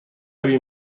آبی